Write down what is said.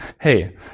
hey